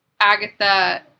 Agatha